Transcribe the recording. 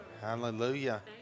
hallelujah